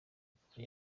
akaba